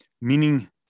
meaning